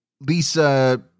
Lisa